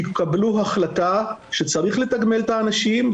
תקבלו החלטה שצריך לתגמל את האנשים,